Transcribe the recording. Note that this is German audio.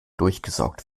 durchgesaugt